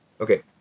Okay